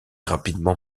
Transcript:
rapidement